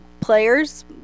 players